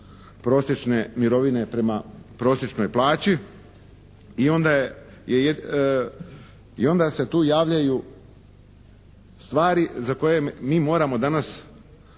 prosječne mirovine prema prosječnoj plaći. I onda je, i onda se tu javljaju stvari za koje mi moramo danas